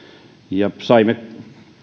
ja saimme